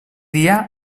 dia